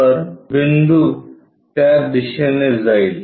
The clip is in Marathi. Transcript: तर बिंदू त्या दिशेने जाईल